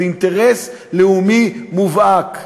זה אינטרס לאומי מובהק.